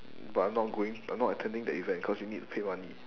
but I'm not going I'm not attending the event cause you need pay money